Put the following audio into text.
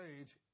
age